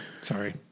sorry